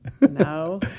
No